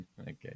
Okay